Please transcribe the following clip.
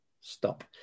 Stop